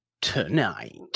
Tonight